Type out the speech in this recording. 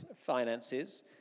finances